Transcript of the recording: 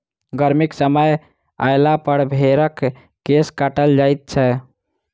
गर्मीक समय अयलापर भेंड़क केश काटल जाइत छै